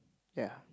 ya